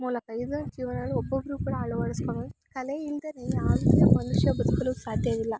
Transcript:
ಮೂಲಕ ಇದು ಜೀವನದಲ್ಲಿ ಒಬ್ಬೊಬ್ರು ಕೂಡ ಅಳವಡಿಸ್ಕೊಬೇಕು ಕಲೆ ಇಲ್ದೆಯೇ ಯಾವುದೇ ಮನುಷ್ಯ ಬದುಕಲು ಸಾಧ್ಯವಿಲ್ಲ